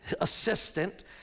assistant